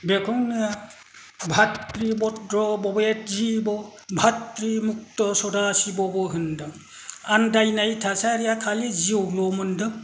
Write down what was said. बेखौनो भात्रिबत्र' बभेदिब' भात्रिमुक्त' सदासिब' बो होनदों आनदायनाय थासारिआ खालि जिउल' मोनदों